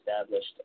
established